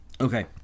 okay